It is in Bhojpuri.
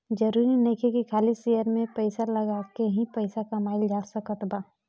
जरुरी नइखे की खाली शेयर में पइसा लगा के ही पइसा कमाइल जा सकत बा